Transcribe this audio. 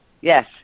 yes